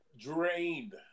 drained